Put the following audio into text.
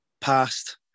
past